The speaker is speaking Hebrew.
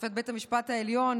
שופט בית המשפט העליון,